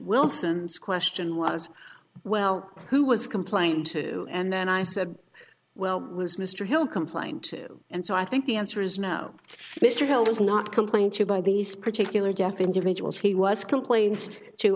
wilson's question was well who was complained to and then i said well was mr hill complying too and so i think the answer is no mr hill does not complain to by these particular jeff individuals he was complained to